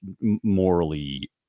morally